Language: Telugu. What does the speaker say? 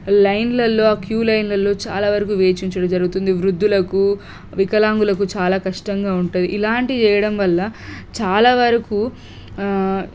లైన్లల్లో ఆ క్యూలైన్లల్లో చాలా వరకు వేచి ఉంచడం జరుగుతుంది వృద్ధులకు వికలాంగులకు చాలా కష్టంగా ఉంటుంది ఇలాంటివి చేయడం వల్ల చాలా వరకు